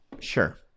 Sure